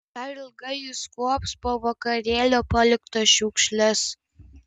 dar ilgai jis kuops po vakarėlio paliktas šiukšles